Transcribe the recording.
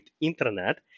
internet